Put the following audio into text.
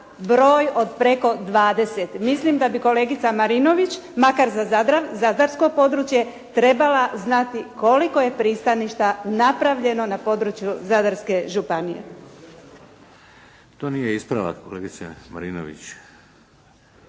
broj od preko 20. Mislim da bi kolegica Marinović makar za zadarsko područje trebala znati koliko je pristaništa napravljeno na području Zadarske županije. **Šeks, Vladimir (HDZ)** To nije ispravak kolegice Marinović.